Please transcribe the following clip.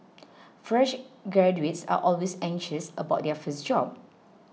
fresh graduates are always anxious about their first job